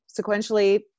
Sequentially